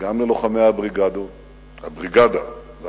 וגם ללוחמי הבריגדה והמחתרות,